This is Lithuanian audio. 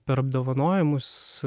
per apdovanojimus